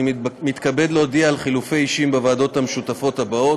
אני מתכבד להודיע על חילופי אישים בוועדות המשותפות הבאות: